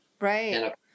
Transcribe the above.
Right